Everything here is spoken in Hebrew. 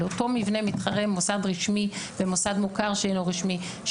אותו מבנה מתחרה מוסד רשמי במוסד מוכר שאינו רשמי,